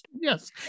Yes